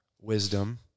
wisdom